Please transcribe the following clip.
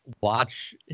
watch